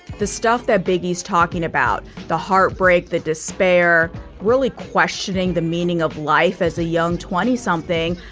the stuff that big he's talking about the heartbreak the despair really questioning the meaning of life as a young twenty something.